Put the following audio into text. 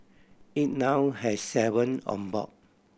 it now has seven on board